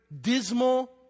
dismal